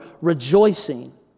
rejoicing